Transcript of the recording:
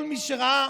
כל מי שראה